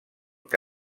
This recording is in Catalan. que